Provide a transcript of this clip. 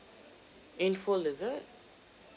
in full is it